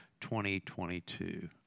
2022